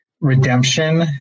redemption